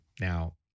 now